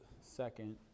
second